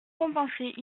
compenser